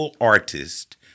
artist